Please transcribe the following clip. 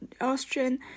Austrian